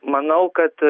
manau kad